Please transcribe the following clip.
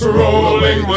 rolling